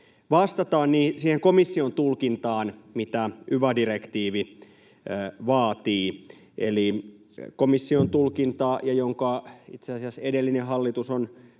vastataan siihen komission tulkintaan, mitä yva-direktiivi vaatii ja jonka itse asiassa edellinen hallitus on